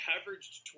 averaged